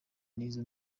n’izo